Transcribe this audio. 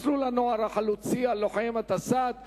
(מסלול הנוער החלוצי הלוחם), התשס"ט 2009,